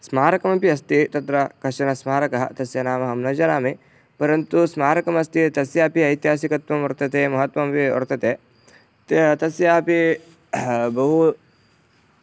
स्मारकमपि अस्ति तत्र कश्चन स्मारकं तस्य नाम अहं न जानामि परन्तु स्मारकमस्ति तस्यापि ऐतिहासिकत्वं वर्तते महत्त्वमपि वर्तते त तस्यापि बहु